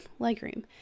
legroom